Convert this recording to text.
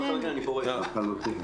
אין שם שום התפרצות של קורונה.